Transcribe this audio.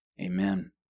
Amen